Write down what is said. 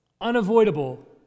unavoidable